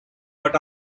but